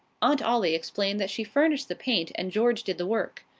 aunt ollie explained that she furnished the paint and george did the work.